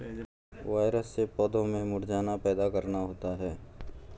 virus से पौधों में मुरझाना पैदा करना होता है